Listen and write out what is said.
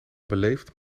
beleefd